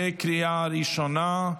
בקריאה ראשונה.